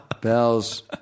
Bells